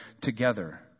together